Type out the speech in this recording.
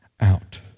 out